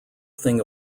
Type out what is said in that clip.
thing